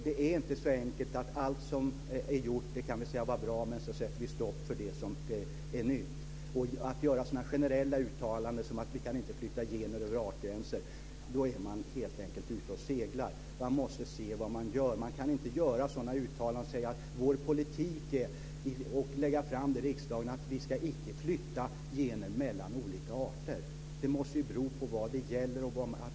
Det är inte så enkelt att allt som är gjort är bra men sedan sätter vi stopp för det som är nytt. Om man gör sådana generella uttalanden som att vi inte kan flytta gener över artgränser är man helt enkelt ute och seglar. Man måste se vad man gör. Man kan inte göra sådana uttalanden och säga att vår politik i riksdagen ska vara att vi inte ska flytta gener mellan olika arter. Det måste ju bero på vad det gäller.